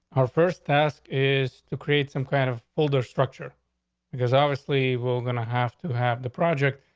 our first task is to create some kind of folder structure because obviously, we're gonna have to have the project.